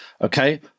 okay